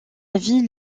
ville